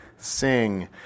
sing